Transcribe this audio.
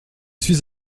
suis